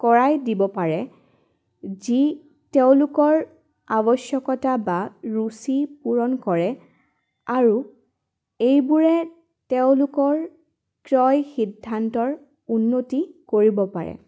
কৰাই দিব পাৰে যি তেওঁলোকৰ আৱশ্যকতা বা ৰুচি পূৰণ কৰে আৰু এইবোৰে তেওঁলোকৰ ক্ৰয় সিদ্ধান্তৰ উন্নতি কৰিব পাৰে